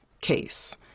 case